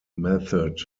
method